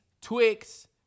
Twix